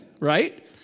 right